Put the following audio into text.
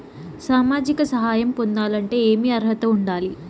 సామాజిక సహాయం పొందాలంటే ఏమి అర్హత ఉండాలి?